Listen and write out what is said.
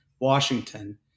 Washington